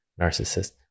narcissist